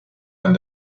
and